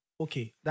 okay